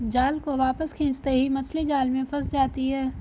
जाल को वापस खींचते ही मछली जाल में फंस जाती है